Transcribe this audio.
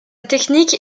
technique